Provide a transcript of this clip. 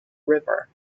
river